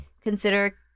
Consider